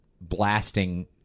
blasting